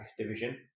division